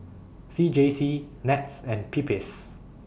C J C Nets and PPIS